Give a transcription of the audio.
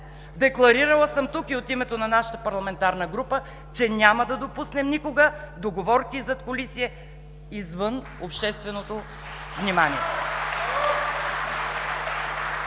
Декларирала съм тук и от името на нашата парламентарна група, че никога няма да допуснем договорки и задкулисие извън общественото внимание.